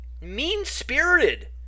Mean-spirited